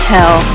Hell